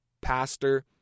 pastor